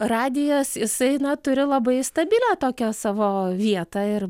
radijas jisai na turi labai stabilią tokią savo vietą ir